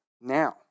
Now